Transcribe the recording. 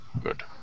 Good